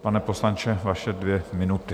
Pane poslanče, vaše dvě minuty.